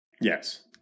Yes